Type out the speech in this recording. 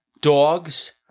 dogs